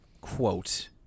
quote